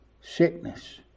sickness